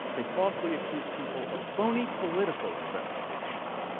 they falsely accused people of tony political investigation.